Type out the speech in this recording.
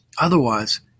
Otherwise